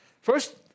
first